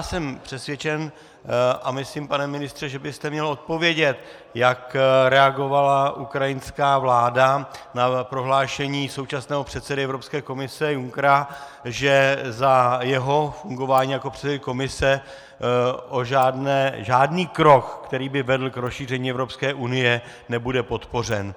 Jsem přesvědčen a myslím, pane ministře, že byste měl odpovědět, jak reagovala ukrajinská vláda na prohlášení současného předsedy Evropské komise Junckera, že za jeho fungování jako předsedy komise žádný krok, který by vedl k rozšíření Evropské unie, nebude podpořen.